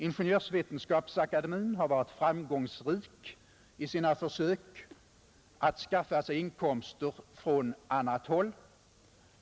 Ingenjörsvetenskapsakademien har varit framgångsrik i sina försök att skaffa inkomster från annat håll.